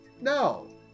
no